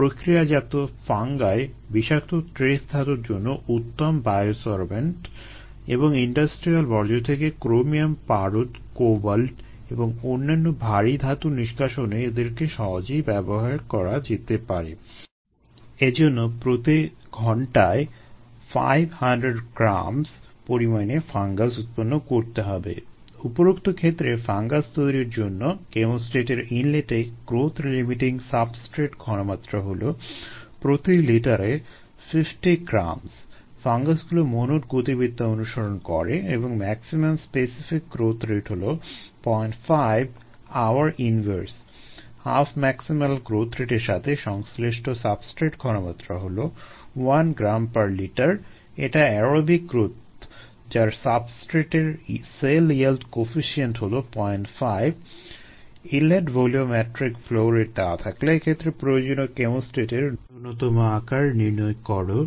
practice প্রবলেমটি হলো এরকম - প্রক্রিয়াজাত ফাঙ্গাই গ্রোথ রেটের সাথে সংশ্লিষ্ট সাবস্ট্রেট ঘনমাত্রা হলো 1 gram per liter এটা অ্যারোবিক গ্রোথ যার সাবস্ট্রেটের সেল ইয়েল্ড কোফিসিয়েন্ট হলো 05 ইনলেট ভলিওমেট্রিক ফ্লো রেট দেওয়া থাকলে এক্ষেত্রে প্রয়োজনীয় কেমোস্ট্যাটের ন্যূনতম আকার নির্ণয় করো